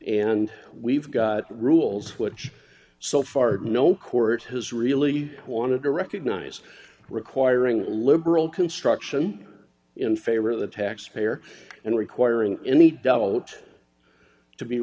and we've got rules which so far no court has really wanted to recognize requiring a liberal construction in favor of the taxpayer and requiring any doubt to be